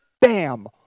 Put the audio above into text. bam